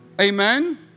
Amen